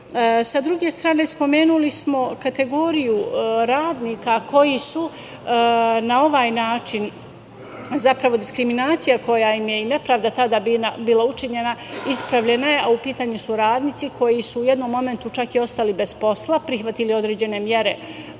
druge strane spomenuli smo kategoriju radnika koji su na ovaj način, zapravo diskriminacija i nepravda koja im je tada bila učinjena ispravljena je, a u pitanju su radnici koji su u jednom momentu čak i ostali bez posla, prihvatili određene mere